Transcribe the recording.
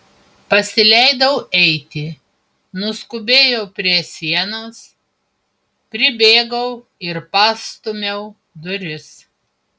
pasileidau eiti nuskubėjau prie sienos pribėgau ir pastūmiau duris